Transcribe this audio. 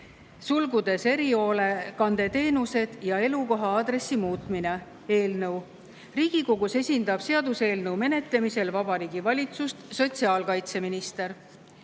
seaduse (erihoolekandeteenused ja elukoha aadressi muutmine) eelnõu. Riigikogus esindab seaduseelnõu menetlemisel Vabariigi Valitsust sotsiaalkaitseminister.